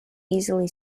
easily